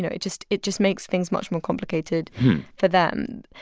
know, it just it just makes things much more complicated for them.